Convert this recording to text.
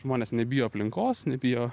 žmonės nebijo aplinkos nebijo